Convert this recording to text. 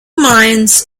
mines